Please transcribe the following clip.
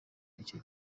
icyo